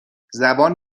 زبان